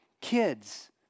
kids